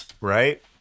Right